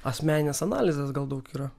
asmeninės analizės gal daug yra